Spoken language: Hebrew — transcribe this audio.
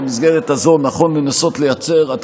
במסגרת הזאת נכון לנסות לייצר חלופות עד